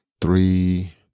three